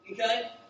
Okay